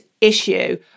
issue